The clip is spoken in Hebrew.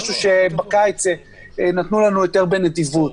משהו שבקיץ נתנו לנו יותר בנדיבות.